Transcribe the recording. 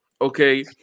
Okay